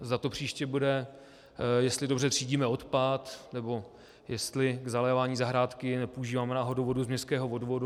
Zda to příště bude, jestli dobře třídíme odpad nebo jestli k zalévání zahrádky nepoužíváme náhodou vodu z městského vodovodu atd.